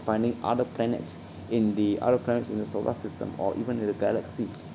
finding other planets in the other planets in the solar system or even in the galaxy